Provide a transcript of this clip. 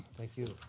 thank you.